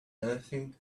anything